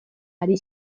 ari